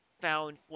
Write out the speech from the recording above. found